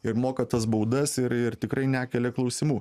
ir moka tas baudas ir ir tikrai nekelia klausimų